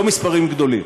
לא מספרים גדולים.